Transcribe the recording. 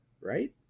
right